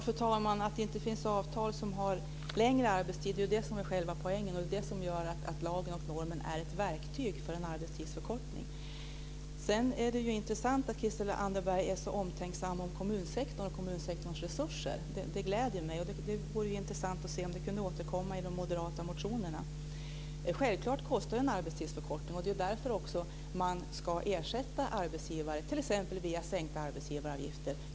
Fru talman! Att det inte finns avtal om längre arbetstid är själva poängen. Det är det som gör att lagen och normen är ett verktyg för en arbetstidsförkortning. Det är intressant att Christel Anderberg är så omtänksam när det gäller kommunsektorn och kommunsektorns resurser. Det gläder mig. Det vore intressant att se om det kunde återkomma i de moderata motionerna. Självklart kostar en arbetstidsförkortning, och det är också därför man ska ersätta arbetsgivare t.ex. via sänkta arbetsgivaravgifter.